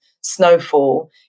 snowfall